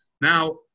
now